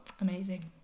Amazing